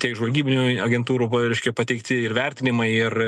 tiek žvalgybinių agentūrų reiškia pateikti ir vertinimai ir